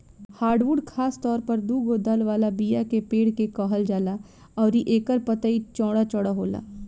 hardwood खासतौर पर दुगो दल वाला बीया के पेड़ के कहल जाला अउरी एकर पतई चौड़ा चौड़ा होला